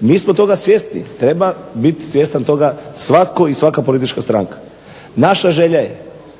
Mi smo toga svjesni. Treba biti svjestan toga svatko i svaka politička stranka. Naša želja je